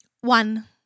One